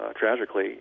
tragically